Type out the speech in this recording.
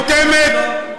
חותמת,